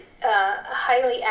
highly